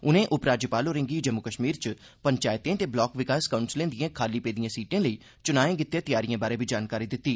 उनें उपराज्यपाल होरें गी जम्मू कश्मीर च पंचैतें ते ब्लाक विकास काउंसलें दिएं खाली पेदिएं सीटें लेई चुनां गितै तैयारिएं बारै बी जानकारी दित्ती